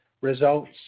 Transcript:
results